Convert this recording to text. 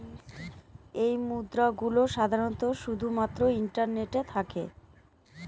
এই মুদ্রা গুলো সাধারনত শুধু মাত্র ইন্টারনেটে থাকে